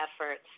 efforts